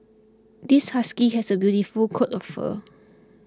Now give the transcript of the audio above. this husky has a beautiful coat of fur